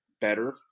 better